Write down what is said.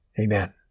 amen